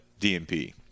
DMP